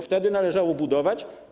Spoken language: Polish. Wtedy należało budować.